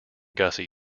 gussie